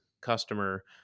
customer